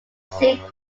saint